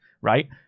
right